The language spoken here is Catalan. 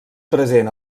present